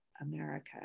America